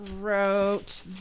wrote